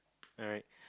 alright